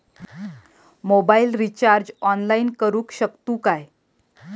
Mobile recharge online करुक शकतू काय?